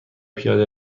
پیاده